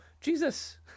Jesus